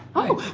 oh.